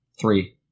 Three